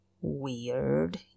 weird